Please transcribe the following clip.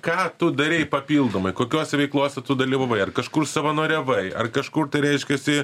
ką tu darei papildomai kokiose veiklose tu dalyvavai ar kažkur savanoriavai ar kažkur tai reiškiasi